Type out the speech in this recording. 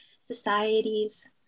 societies